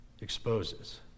exposes